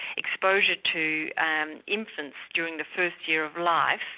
exposure to um infants during the first year of life